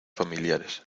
familiares